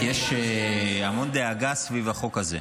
כי יש המון דאגה סביב החוק הזה: